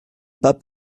pas